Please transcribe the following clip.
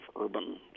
urban